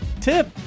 tip